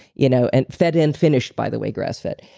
you know and fed and finished by the way grass fed,